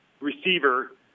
receiver